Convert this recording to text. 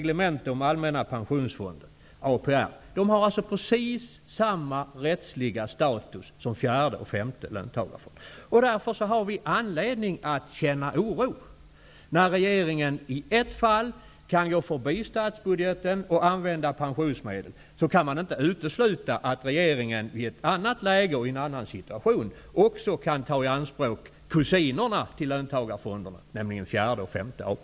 De har alltså precis samma rättsliga status som fjärde och femte löntagarfonderna. Därför har vi anledning att känna oro. När regeringen i ett fall kan gå förbi statsbudgeten och använda pensionsmedel kan det inte uteslutas att regeringen i ett annat läge också kan ta i anspråk kusinerna till löntagarfonderna, nämligen fjärde och femte AP